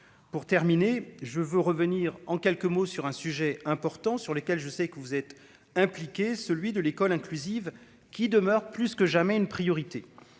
pour terminer, je veux revenir en quelques mots sur un sujet important sur lesquels je sais que vous êtes impliqué, celui de l'école inclusive qui demeure plus que jamais une priorité